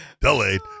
delayed